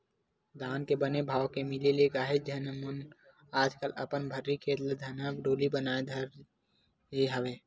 धान के बने भाव के मिले ले काहेच झन मन आजकल अपन भर्री खेत ल धनहा डोली बनाए बर धरे हवय